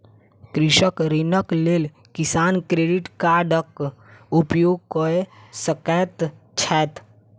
कृषक ऋणक लेल किसान क्रेडिट कार्डक उपयोग कय सकैत छैथ